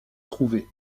trouver